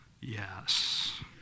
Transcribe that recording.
Yes